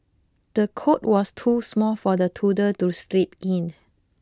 the cot was too small for the toddler to sleep in